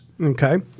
Okay